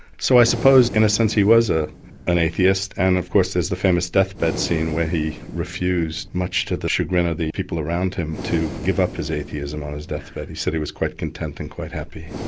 so i suppose in a sense he was ah an atheist, and of course there's the famous deathbed scene where he refused, much to the chagrin of the people around him, to give up his atheism on his death-bed. he said he was quite content and quite happy.